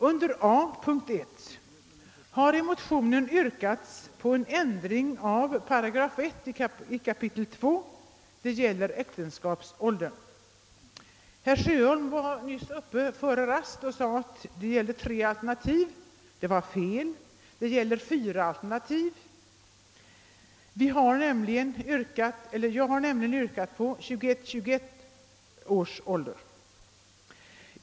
Under A 1 har i motionen yrkats på en ändring av 2 kap. 1 8 som gäller äktenskapsåldern. Herr Sjöholm sade att det fanns tre alternativ. Det var fel. Vi har fyra alternativ. Jag har nämligen yrkat att äktenskapsåldern skall var 21—21.